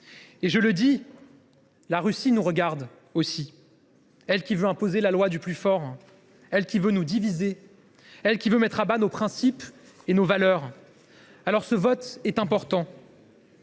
l’exemple. La Russie nous regarde également, elle qui veut imposer la loi du plus fort, elle qui veut nous diviser, elle qui veut mettre à bas nos principes et nos valeurs. Ce vote est important.